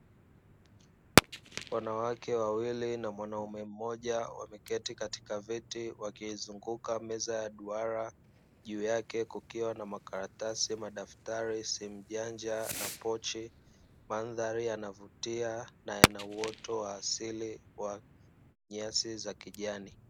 Wanawake wawili na mwanaume mmoja wameketi katika viti wakiizunguka meza ya duara, juu yake kukiwa na makaratasi, madaftari, simu janja na pochi. Mandhari yanavutia na yana uoto wa asili wa nyasi za kijani.